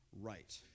right